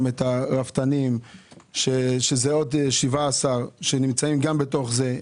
את הרפתנים שזה גם עוד 17 שנמצאים בתוך זה.